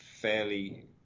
fairly